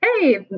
hey